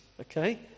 Okay